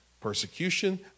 persecution